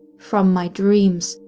from my dreams,